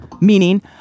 Meaning